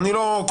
אני לא קובע.